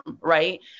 right